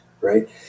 right